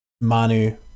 Manu